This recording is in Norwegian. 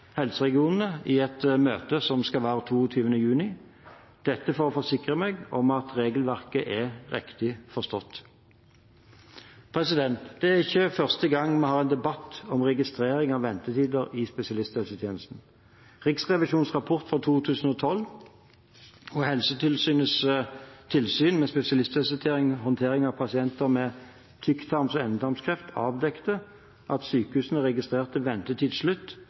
helseregionene i et møte som skal være den 22. juni – dette for å forsikre meg om at regelverket er riktig forstått. Det er ikke første gang vi har en debatt om registrering av ventetider i spesialisthelsetjenesten. Riksrevisjonens rapport fra 2012 og Helsetilsynets tilsyn med spesialisthelsetjenestens håndtering av pasienter med tykktarms- og endetarmskreft avdekket at sykehusene registrerte «ventetid slutt»